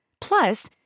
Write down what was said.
Plus